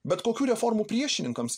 bet kokių reformų priešininkams